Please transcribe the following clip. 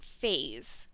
phase